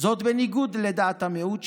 בניגוד לדעת המיעוט,